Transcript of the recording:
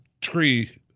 tree